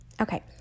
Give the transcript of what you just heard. Okay